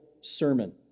sermon